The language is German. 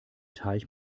teig